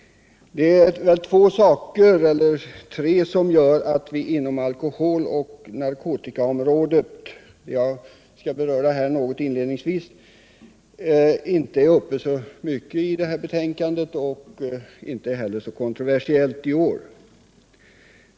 Jag skall inledningsvis beröra tre frågor på alkoholoch narkotikaområdet som inte så mycket berörs i detta betänkande och som inte heller är så kontroversiella i år.